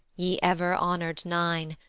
ye ever honour'd nine,